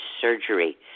surgery